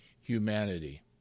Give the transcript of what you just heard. humanity